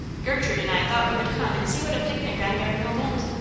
gertrude and i thought we would come and see what a picnic on bear hill meant.